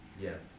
Yes